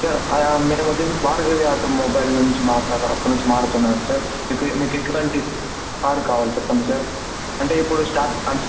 sir మేమొచ్చేసి Bhargavi automobile నుంచి మాట్లా అక్కడి నుంచి మాట్లడుతున్నాం సార్ ఇప్పు మీకెటువంటి కారు కావాలి చెప్పండి సార్ అంటే ఇప్పుడు స్టాక్